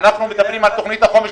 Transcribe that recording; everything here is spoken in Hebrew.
אנחנו מדברים על תוכנית החומש,